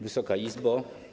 Wysoka Izbo!